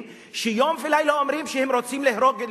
שיום ולילה אומרים שהם רוצים להרוג,